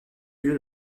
lieu